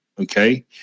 Okay